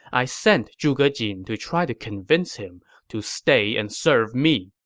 i sent zhuge jin to try to convince him to stay and serve me.